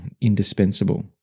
indispensable